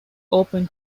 open